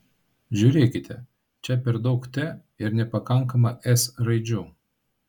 žiūrėkite čia per daug t ir nepakanka s raidžių